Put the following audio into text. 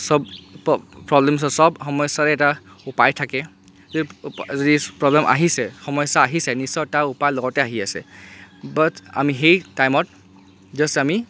চব প প্ৰবলেমছৰে চব সমস্যাৰে এটা উপায় থাকে যদি যদি প্ৰবলেম আহিছে সমস্যা আহিছে নিশ্চয় তাৰ উপায় লগতে আহি আছে বাট আমি সেই টাইমত জাষ্ট আমি